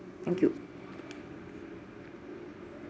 thank you